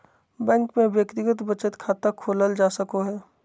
bank में व्यक्तिगत बचत खाता खोलल जा सको हइ